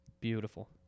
Beautiful